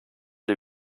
die